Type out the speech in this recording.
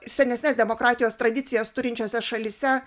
senesnes demokratijos tradicijas turinčiose šalyse